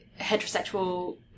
heterosexual